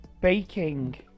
Baking